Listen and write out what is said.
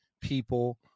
people